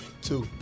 Two